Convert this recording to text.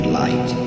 light